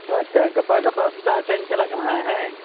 ᱟᱪᱷᱟ ᱜᱟᱯᱟ ᱜᱟᱯᱟ ᱥᱮᱛᱟᱜ ᱟᱪᱷᱟᱧ ᱪᱟᱞᱟᱜ ᱠᱟᱱᱟ ᱦᱟᱸᱜ ᱦᱮᱸ